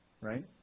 Right